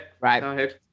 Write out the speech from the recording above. Right